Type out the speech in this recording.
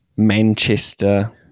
Manchester